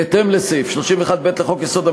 בהתאם לסעיף 31(ב) לחוק-יסוד: